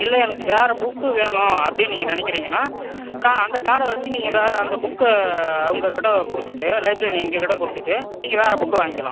இல்லை எனக்கு வேறு புக்கு வேணும் அப்படின் நீங்கள் நினைக்கிறிங்கனா கா அந்த கார்டை வச்சு நீங்கள் வேறு அந்த புக்கை அவங்க கிட்டே கொடுத்துட்டு லைப்ரரி எங்கள் கிட்டே கொடுத்துட்டு நீங்கள் வேறு புக்கு வாங்க்கிலாம்